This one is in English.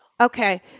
Okay